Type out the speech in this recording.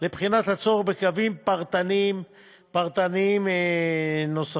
לבחינת הצורך בקווים פרטניים נוספים.